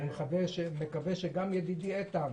אני מקווה שגם ידידי איתן